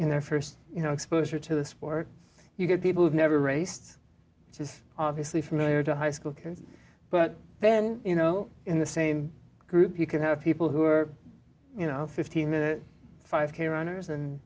in their st you know exposure to the sport you get people who've never raced which is obviously familiar to high school kids but then you know in the same group you can have people who are you know fifteen minute five k runners and